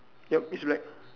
yup it's black